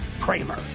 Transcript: Kramer